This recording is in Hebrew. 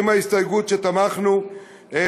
עם ההסתייגות שתמכנו בה,